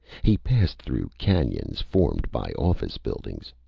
he passed through canyons formed by office buildings.